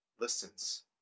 listens